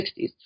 1960s